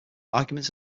arguments